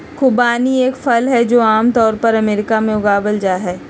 खुबानी एक फल हई, जो आम तौर पर अमेरिका में उगावल जाहई